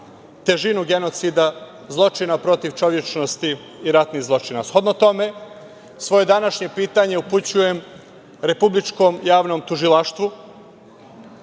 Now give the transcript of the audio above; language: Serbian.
težinu genocida zločina protiv čovečnosti i ratnih zločina. Shodno tome, svoje današnje pitanje upućujem Republičkom javnom tužilaštvu